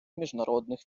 міжнародних